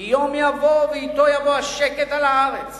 כי יום יבוא ואתו יבוא השקט על הארץ